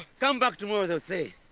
come back tomorrow they'll say.